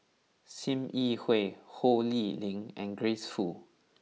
Sim Yi Hui Ho Lee Ling and Grace Fu